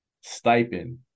stipend